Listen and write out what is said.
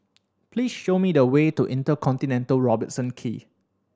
please show me the way to InterContinental Robertson Quay